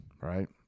Right